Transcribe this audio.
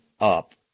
up